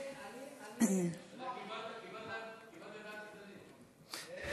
קיבלת תשובה, עמיר, אני,